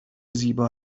زیبا